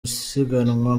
gusiganwa